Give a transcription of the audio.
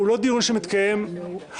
הוא לא דיון שמתקיים הרבה,